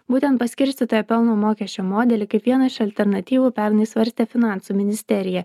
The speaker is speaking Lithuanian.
būtent paskirstytojo pelno mokesčio modelį kaip vieną iš alternatyvų pernai svarstė finansų ministerija